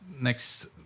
next